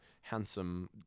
handsome